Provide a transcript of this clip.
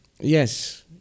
yes